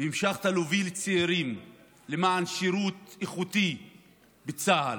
והמשכת להוביל צעירים למען שירות איכותי בצה"ל,